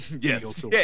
yes